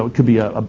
it could be a, ah